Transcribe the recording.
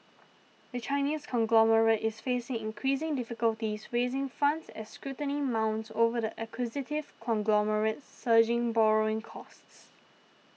the Chinese conglomerate is facing increasing difficulties raising funds as scrutiny mounts over the acquisitive conglomerate's surging borrowing costs